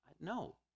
No